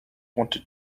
wanted